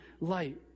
light